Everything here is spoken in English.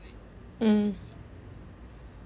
mm